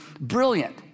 brilliant